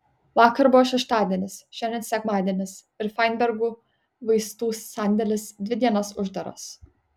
vakar buvo šeštadienis šiandien sekmadienis ir fainbergų vaistų sandėlis dvi dienas uždaras